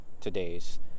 today's